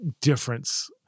difference